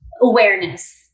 awareness